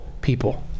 people